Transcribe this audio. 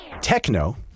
Techno